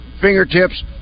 fingertips